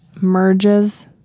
merges